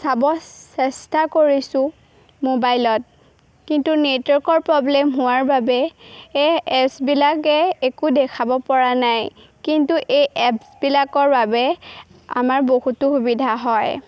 চাব চেষ্টা কৰিছোঁ মোবাইলত কিন্তু নেটৱৰ্কৰ প্ৰব্লেম হোৱাৰ বাবে এই এপছবিলাকে একো দেখাব পৰা নাই কিন্তু এই এপছবিলাকৰ বাবে আমাৰ বহুতো সুবিধা হয়